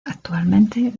actualmente